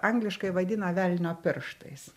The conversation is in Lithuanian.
angliškai vadina velnio pirštais